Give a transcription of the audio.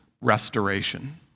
restoration